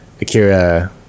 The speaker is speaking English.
Akira